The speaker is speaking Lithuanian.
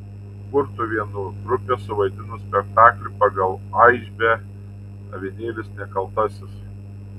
kurtuvėnų grupė suvaidino spektaklį pagal aišbę avinėlis nekaltasis